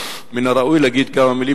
מן הראוי להגיד כמה מלים,